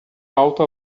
auto